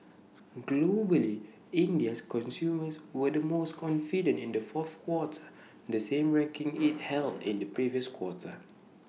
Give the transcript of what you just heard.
globally India's consumers were the most confident in the fourth quarter the same ranking IT held in the previous quarter